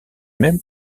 mêmes